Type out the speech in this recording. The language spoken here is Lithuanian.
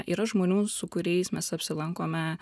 yra žmonių su kuriais mes apsilankome